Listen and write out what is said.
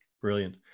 Brilliant